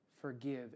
forgive